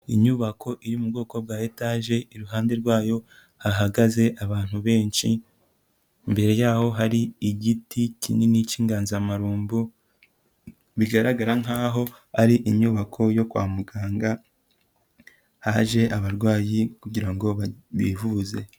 Inyubako iri mu bwoko bwa etaje iruhande rwayo hahagaze abantu benshi, imbere yaho hari igiti kinini cy'inganzamarumbo bigaragara nk'aho ari inyubako yo kwa muganga haje abarwayi kugirango bivuze.